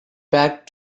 packed